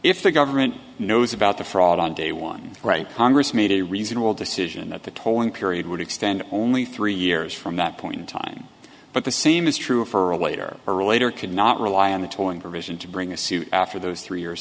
if the government knows about the fraud on day one right congress made a reasonable decision that the tolling period would extend only three years from that point in time but the same is true for a later or a later cannot rely on the tolling provision to bring a suit after those three years